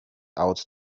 out